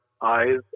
eyes